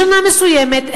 בשנה מסוימת,